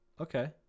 okay